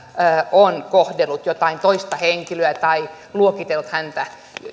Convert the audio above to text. on kohdellut huonosti jotain toista henkilöä tai luokitellut häntä